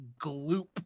gloop